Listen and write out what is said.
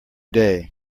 day